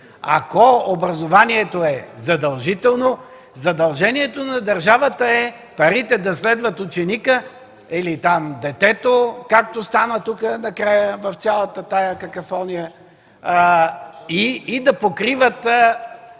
Ако образованието е задължително, задължението на държавата е парите да следват ученика или детето, както стана тук накрая в цялата тази какафония, и да покриват